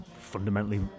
fundamentally